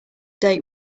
date